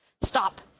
stop